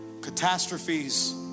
catastrophes